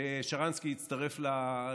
כששרנסקי הצטרף לליכוד,